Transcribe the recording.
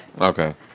Okay